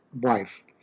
wife